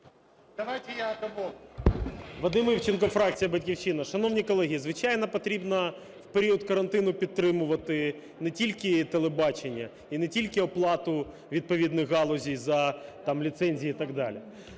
ІВЧЕНКО В.Є. Вадим Івченко, фракція "Батьківщина". Шановні колеги, звичайно, потрібно в період карантину підтримувати не тільки телебачення і не тільки оплату відповідних галузей за там ліцензії і так далі,